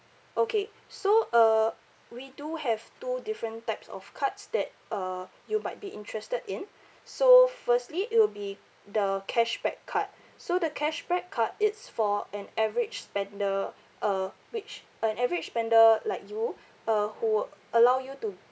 okay so uh we do have two different types of cards that uh you might be interested in so firstly it will be the cashback card so the cashback card it's for an average spender uh which an average spender like you uh who allow you to